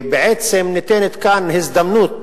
בעצם ניתנת כאן הזדמנות